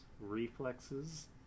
Reflexes